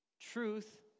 truth